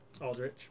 Aldrich